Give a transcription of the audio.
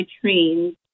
trains